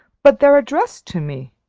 but they're addressed to me.